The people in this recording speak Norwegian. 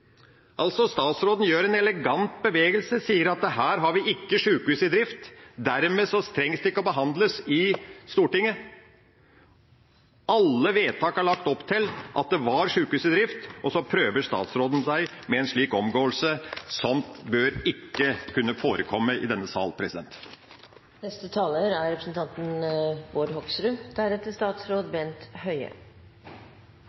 Statsråden gjør altså en elegant bevegelse og sier at her har vi ikke sykehus i drift, dermed trengs det ikke å behandles i Stortinget. Alle vedtak har lagt opp til at det var sykehus i drift, og så prøver statsråden seg med en slik omgåelse. Sånt bør ikke kunne forekomme i denne sal.